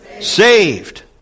Saved